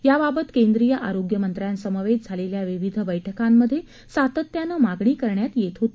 याबाबत केंद्रीय आरोग्यमंत्र्यांसमवेत झालेल्या विविध बैठकांमध्ये सातत्यानं मागणी करण्यात येत होती